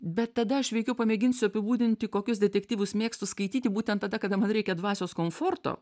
bet tada aš veikiau pamėginsiu apibūdinti kokius detektyvus mėgstu skaityti būtent tada kada man reikia dvasios komforto